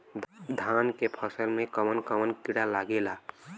धान के फसल मे कवन कवन कीड़ा लागेला?